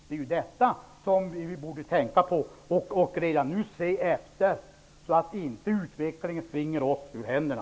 Det är detta vi borde tänka på och redan nu se efter, så att utvecklingen inte springer oss ur händerna.